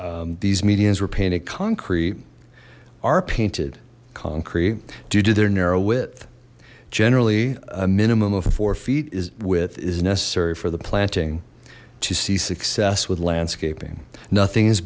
these medians were painted concrete are painted concrete due to their narrow width generally a minimum of four feet is width is necessary for the planting to see success with landscaping nothing